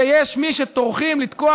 אז אני משחקת איזה משחק כזה של "נדמה לי".